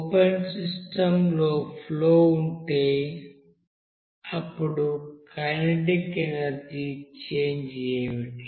open system లో flow ఉంటే అప్పుడు కైనెటిక్ ఎనర్జీ చేంజ్ ఏమిటి